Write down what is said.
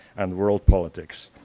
and world politics.